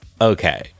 Okay